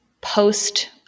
post